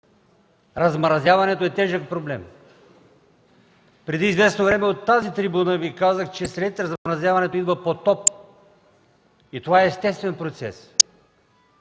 Размразяването е тежък проблем! Преди известно време от тази трибуна Ви казах, че след размразяването идва потоп и това е естествен процес!